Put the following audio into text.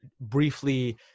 briefly